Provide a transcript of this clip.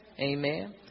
Amen